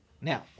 Now